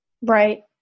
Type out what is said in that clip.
Right